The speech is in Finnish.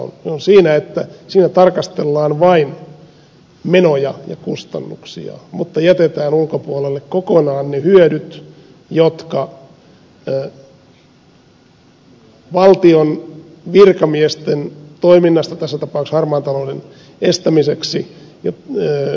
se on siinä että siinä tarkastellaan vain menoja ja kustannuksia mutta jätetään ulkopuolelle kokonaan ne hyödyt jotka valtion virkamiesten toiminnasta tässä tapauksessa harmaan talouden estämiseksi syntyvät